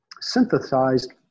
synthesized